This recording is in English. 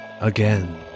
again